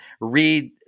read